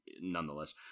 nonetheless